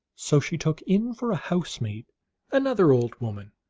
so she took in for a house-mate another old woman.